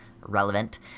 relevant